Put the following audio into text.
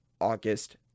August